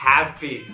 Happy